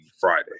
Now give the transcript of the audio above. Friday